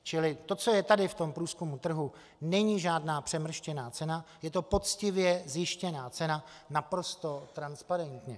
Čili to, co je tady v tom průzkumu trhu, není žádná přemrštěná cena, je to poctivě zjištěná cena, naprosto transparentní.